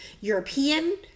European